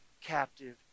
captive